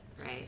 right